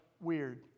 weird